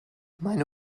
meine